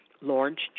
large